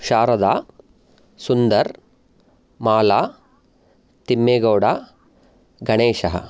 शारदा सुन्दर् माला तिम्मेगौडा गणेशः